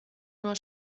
nur